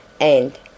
and—